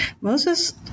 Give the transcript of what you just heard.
Moses